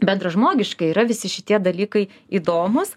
bendražmogiškai yra visi šitie dalykai įdomūs